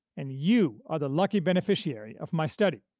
and you are the lucky beneficiary of my study.